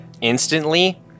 instantly